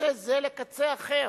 מקצה זה לקצה אחר,